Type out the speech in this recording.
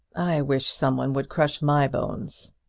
i wish some one would crush my bones,